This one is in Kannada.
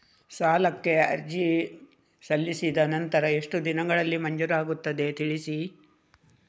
ಸಾಲಕ್ಕೆ ಅರ್ಜಿ ಸಲ್ಲಿಸಿದ ನಂತರ ಎಷ್ಟು ದಿನಗಳಲ್ಲಿ ಮಂಜೂರಾಗುತ್ತದೆ ತಿಳಿಸಿ?